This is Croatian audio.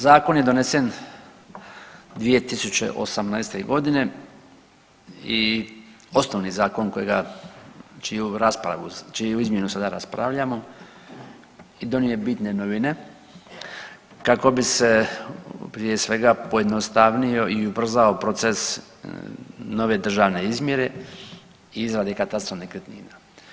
Zakon je donesen 2018. godine i osnovni zakon kojega, čiju raspravu, čiju izmjenu sada raspravljamo i donio je bitne novine kako bi se prije svega pojednostavnio i ubrzao proces nove državne izmjere i izrade katastra nekretnina.